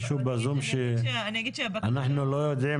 מבקשת לא לכרוך את הגריעה שחשובה